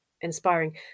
inspiring